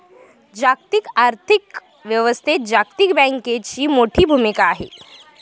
जागतिक आर्थिक व्यवस्थेत जागतिक बँकेची मोठी भूमिका आहे